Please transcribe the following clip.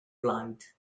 blaid